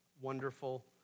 wonderful